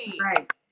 Right